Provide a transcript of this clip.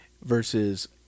Versus